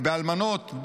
באלמנות,